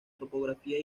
topografía